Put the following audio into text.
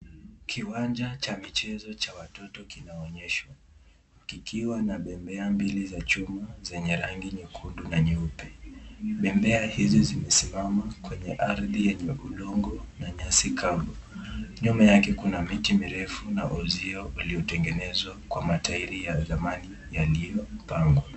Kiwanja cha mchezo cha watoto kineonyeshwa, kikiwa na bendera mbili za chuma zenye rangi nyekundu na nyeupe. Bendera hizi zimesimama kwenye ardhi ndogo ndogo na nyazi kavu. Nyma yake kuna miti mirefu na wazio yaliyotengenezwa kwa mataeri ya zamani iliyopangwa.